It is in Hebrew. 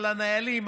על הנהלים,